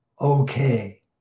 Okay